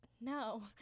No